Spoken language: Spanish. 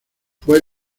fue